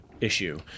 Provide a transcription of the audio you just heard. issue